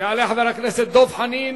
יעלה חבר הכנסת דב חנין,